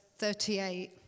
38